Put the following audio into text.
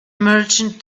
merchant